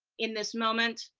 in this moment,